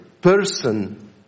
person